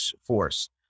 force